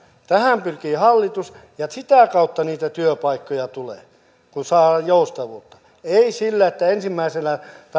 tähän pyrkii hallitus ja sitä kautta niitä työpaikkoja tulee kun saadaan joustavuutta ei sillä että ensimmäiseksi